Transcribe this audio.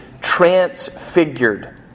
transfigured